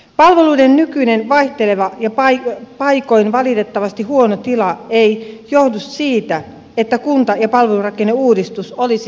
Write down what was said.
palveluiden nykyinen vaihteleva ja paikoin valitettavasti huono tila ei johdu siitä että kunta ja palvelurakenneuudistus olisi nyt käynnissä